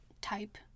type